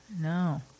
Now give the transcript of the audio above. No